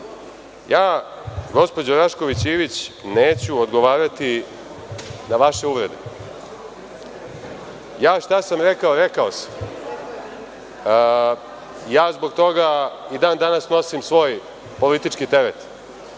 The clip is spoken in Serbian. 5%.Gospođo Rašković Ivić, neću odgovarati na vaše uvrede. Ja šta sam rekao rekao sam. Ja zbog toga i dan danas nosim svoj politički teret.